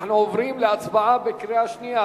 אנחנו עוברים להצבעה בקריאה שנייה.